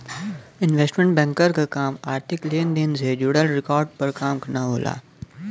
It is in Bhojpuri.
इन्वेस्टमेंट बैंकर क काम आर्थिक लेन देन से जुड़ल रिकॉर्ड पर काम करना होला